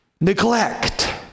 neglect